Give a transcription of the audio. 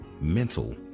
mental